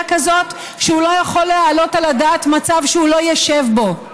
כזאת שהוא לא יכול להעלות על הדעת מצב שהוא לא ישב בו.